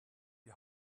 die